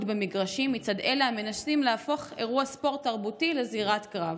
במגרשים מצד אלה המנסים להפוך אירוע ספורט תרבותי לזירת קרב.